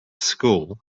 school